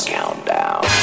Countdown